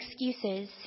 excuses